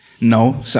No